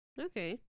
Okay